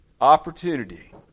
opportunity